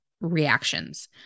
reactions